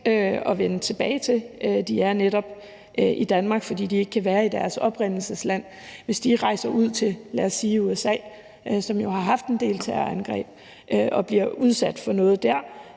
til erstatning. De er netop i Danmark, fordi de ikke kan vende tilbage til deres oprindelsesland. Hvis de rejser ud til, lad os sige USA, som jo har haft en del terrorangreb, og bliver udsat for noget dér